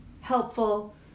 helpful